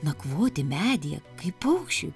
nakvoti medyje kaip paukščiui